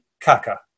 Kaka